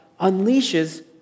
unleashes